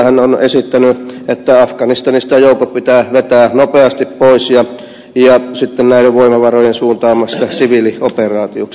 hän on esittänyt että afganistanista joukot pitää vetää nopeasti pois ja näiden voimavarojen suuntaamista siviilioperaatioksi